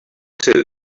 too